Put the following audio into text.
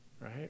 right